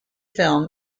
film